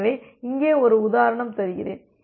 எனவே இங்கே ஒரு உதாரணம் தருகிறேன்